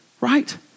right